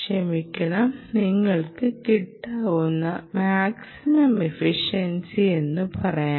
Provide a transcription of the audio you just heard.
ക്ഷമിക്കണം നിങ്ങൾക്ക് കിട്ടാവുന്ന മാക്സിമം എഫിഷൻസി എന്നു പറയാം